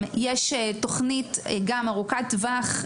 יש גם תוכנית ארוכת טווח,